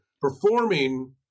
performing